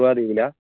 Kuruva ദ്വീപിലാണോ